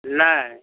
नहि